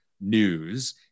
news